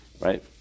right